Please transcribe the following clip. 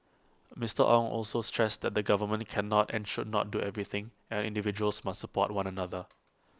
Mister Ong also stressed that the government cannot and should not do everything and individuals must support one another